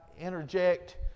interject